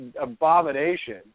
abomination